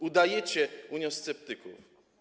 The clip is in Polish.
Udajecie uniosceptyków.